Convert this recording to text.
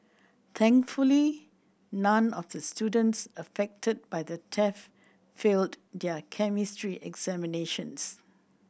thankfully none of these students affected by the theft failed their Chemistry examinations